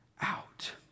out